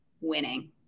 winning